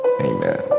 amen